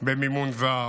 במימון זר,